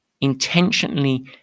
intentionally